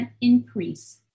increase